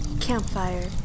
Campfire